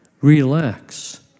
Relax